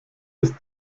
ist